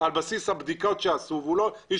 על בסיס הבדיקות שעשו והוא לא השיב,